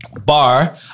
bar